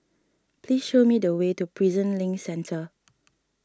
please show me the way to Prison Link Centre